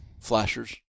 flashers